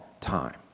time